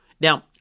Now